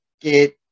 get